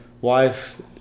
wife